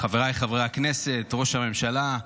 חבריי חברי הכנסת, ראש הממשלה,